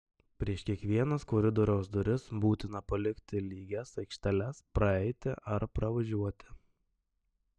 prieš kiekvienas koridoriaus duris būtina palikti lygias aikšteles praeiti ar pravažiuoti